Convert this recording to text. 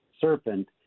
serpent